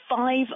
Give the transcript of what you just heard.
five